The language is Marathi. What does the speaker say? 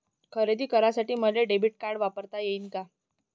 खरेदी करासाठी मले डेबिट कार्ड वापरता येईन का?